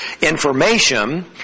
information